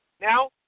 Now